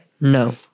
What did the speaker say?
No